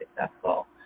successful